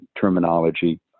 terminology